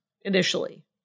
initially